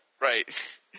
Right